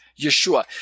Yeshua